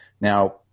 Now